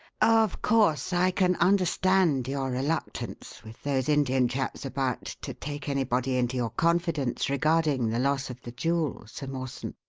of course, i can understand your reluctance, with those indian chaps about, to take anybody into your confidence regarding the loss of the jewel, sir mawson,